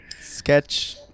sketch